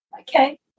Okay